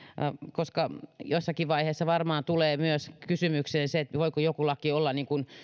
koska jossakin vaiheessa varmaan tulee kysymykseen myös se voiko joku laki olla